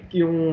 yung